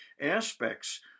aspects